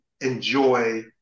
enjoy